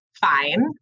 fine